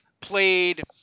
played